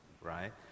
right